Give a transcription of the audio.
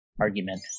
argument